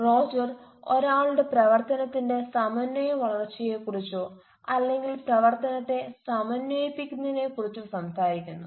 Roger ഒരാളുടെ പ്രവർത്തനത്തിന്റെ സമന്വയ വളർച്ചയെക്കുറിച്ചോ അല്ലെങ്കിൽ പ്രവർത്തനത്തെ സമന്വയിപ്പിക്കുന്നതിനെക്കുറിച്ചോ സംസാരിക്കുന്നു